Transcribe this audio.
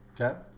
Okay